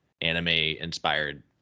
anime-inspired